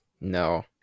No